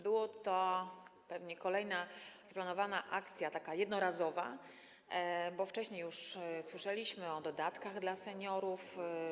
Była to pewnie kolejna zaplanowana akcja, taka jednorazowa, bo wcześniej już słyszeliśmy o dodatkach dla seniorów.